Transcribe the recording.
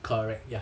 correct ya